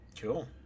Cool